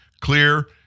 clear